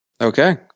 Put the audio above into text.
Okay